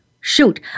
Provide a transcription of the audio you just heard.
shoot